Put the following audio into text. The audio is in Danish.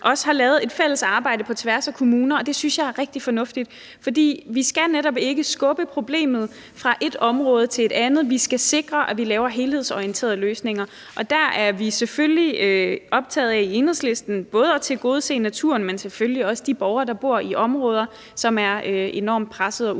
har lavet et fælles arbejde på tværs af kommuner, og det synes jeg er rigtig fornuftigt. For vi skal netop ikke skubbe problemet fra ét område til et andet, men vi skal sikre, at vi laver helhedsorienterede løsninger. Der er vi i Enhedslisten både optaget af at tilgodese naturen, men selvfølgelig også de borgere, der bor i de områder, som er enormt pressede af de